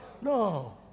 No